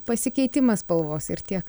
pasikeitimas spalvos ir tiek